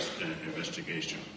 investigation